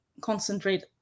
concentrate